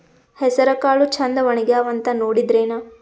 ಹೆಸರಕಾಳು ಛಂದ ಒಣಗ್ಯಾವಂತ ನೋಡಿದ್ರೆನ?